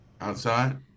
outside